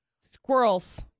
Squirrels